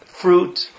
fruit